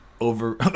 Over